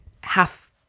half